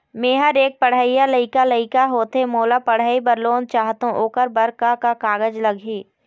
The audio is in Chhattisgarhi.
मेहर एक पढ़इया लइका लइका होथे मोला पढ़ई बर लोन चाहथों ओकर बर का का कागज लगही?